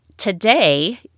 Today